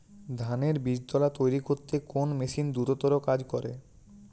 ধানের বীজতলা তৈরি করতে কোন মেশিন দ্রুততর কাজ করে?